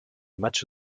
match